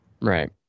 Right